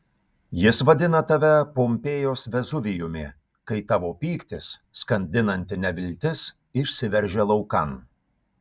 jis vadina tave pompėjos vezuvijumi kai tavo pyktis skandinanti neviltis išsiveržia laukan